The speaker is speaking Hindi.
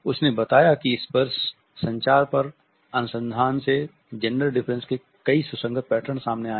उसने बताया कि स्पर्श संचार पर अनुसंधान से जेंडर डिफरेंस के कई सुसंगत पैटर्न सामने आए